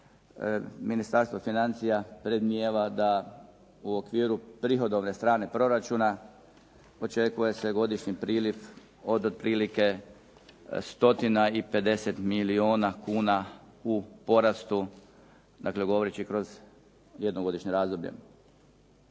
Ministarstvo financija premdijeva da u okviru prihodovne strane proračuna očekuje se godišnji priliv od otprilike 150 milijuna kuna u porastu, dakle govoreći kroz jednogodišnje razdoblje.